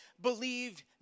believed